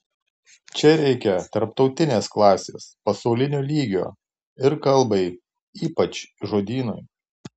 čia reikia tarptautinės klasės pasaulinio lygio ir kalbai ypač žodynui